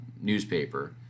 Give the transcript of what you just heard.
newspaper